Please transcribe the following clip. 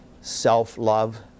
self-love